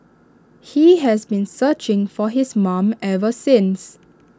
he has been searching for his mom ever since